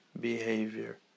behavior